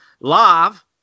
live